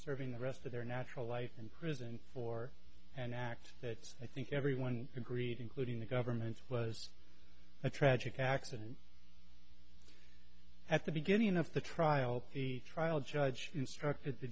serving the rest of their natural life in prison for an act that i think everyone agreed including the government was a tragic accident at the beginning of the trial the trial judge instructed the